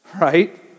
right